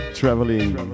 Traveling